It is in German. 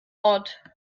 ort